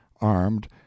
armed